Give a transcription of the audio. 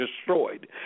destroyed